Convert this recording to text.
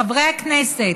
חברי הכנסת,